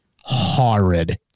horrid